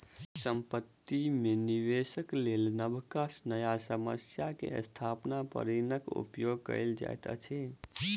संपत्ति में निवेशक लेल नबका न्यायसम्य के स्थान पर ऋणक उपयोग कयल जाइत अछि